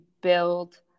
build